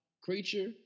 creature